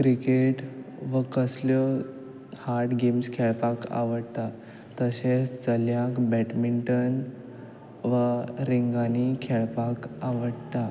cricket वा कसल्यो hard games खेळपाक आवडटा तशेंच चल्याक बॅटमिंटन वा रिंगांनी खेळपाक आवडटा